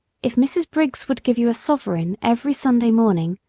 if mrs. briggs would give you a sovereign every sunday morning,